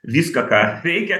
viską ką veikia